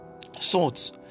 thoughts